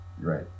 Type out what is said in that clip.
right